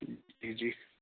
جی جی